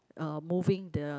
uh moving the